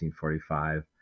1945